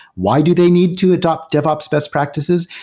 why do they need to adopt devops best practices?